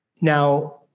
now